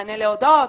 מענה להודעות,